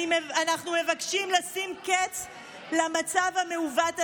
אנחנו מבקשים לשים קץ למצב המעוות הזה.